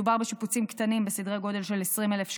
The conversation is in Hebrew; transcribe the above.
מדובר בשיפוצים קטנים בסדרי גודל של 20,000 שקלים,